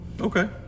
Okay